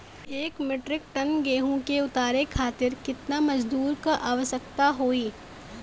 एक metric ton गेहूँ के उतारे खातीर कितना मजदूर क आवश्यकता होई?